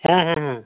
হ্যাঁ হ্যাঁ হ্যাঁ